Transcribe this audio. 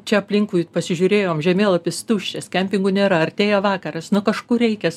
čia aplinkui pasižiūrėjom žemėlapis tuščias kempingų nėra artėja vakaras nu kažkur reikia